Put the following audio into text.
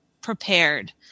prepared